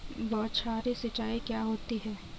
बौछारी सिंचाई क्या होती है?